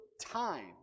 time